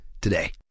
today